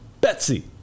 Betsy